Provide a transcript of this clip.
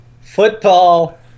football